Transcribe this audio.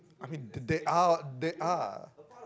I mean there are there are